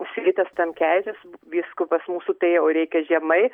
sigitas tamkevičius vyskupas mūsų tai jau reikia žemai